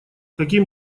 каким